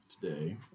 today